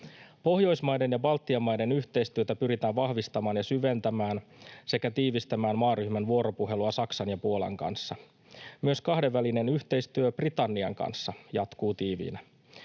Pohjoismaiden ja Baltian maiden yhteistyötä pyritään vahvistamaan ja syventämään sekä tiivistämään maaryhmän vuoropuhelua Saksan ja Puolan kanssa. Myös kahdenvälinen yhteistyö Britannian kanssa jatkuu tiiviinä.